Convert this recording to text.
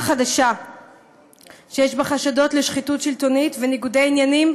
חדשה שיש בה חשדות לשחיתות שלטונית וניגודי עניינים,